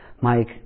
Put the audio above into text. Mike